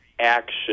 action